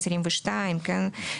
22 אתרים.